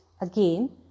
again